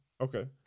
Okay